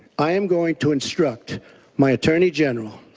i am going to instruct my attorney general